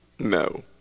no